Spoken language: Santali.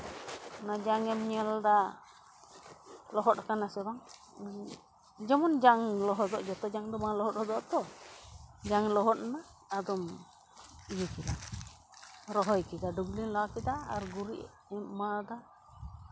ᱚᱱᱟ ᱡᱟᱝ ᱮᱢ ᱧᱮᱞᱫᱟ ᱞᱚᱦᱚᱫ ᱠᱟᱱᱟ ᱥᱮ ᱵᱟᱝ ᱡᱮᱢᱚᱱ ᱡᱟᱝ ᱞᱚᱦᱚᱫᱚᱜ ᱡᱚᱛᱚ ᱡᱟᱝ ᱫᱚ ᱵᱟᱝ ᱞᱚᱦᱚᱫᱚᱜᱼᱟ ᱛᱚ ᱡᱟᱝ ᱞᱚᱦᱚᱫ ᱟ ᱟᱫᱚᱢ ᱤᱭᱟᱹ ᱠᱮᱫᱟ ᱨᱚᱦᱚᱭ ᱠᱮᱫᱟ ᱰᱩᱵᱽᱞᱤ ᱞᱟ ᱠᱮᱫᱟ ᱟᱨ ᱜᱩᱨᱤᱡ ᱮᱢ ᱮᱢᱟ ᱟᱫᱟ